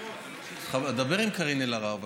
דבר עם קארין אלהרר.